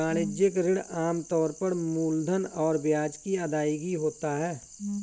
वाणिज्यिक ऋण आम तौर पर मूलधन और ब्याज की अदायगी होता है